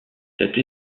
cette